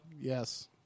Yes